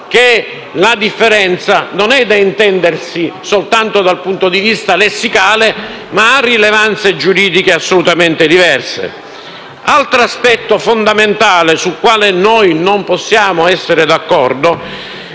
che la differenza non è da intendersi soltanto dal punto di vista lessicale, ma ha rilevanze giuridiche assolutamente diverse. Un altro aspetto fondamentale, sul quale noi non possiamo essere d'accordo,